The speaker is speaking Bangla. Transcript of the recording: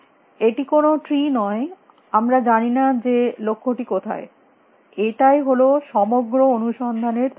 এটি কোনো ট্রি নয় আমরা জানিনা যে লক্ষ্যটি কোথায় এটাই হল সমগ্র অনুসন্ধানের ধারণাটি